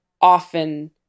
often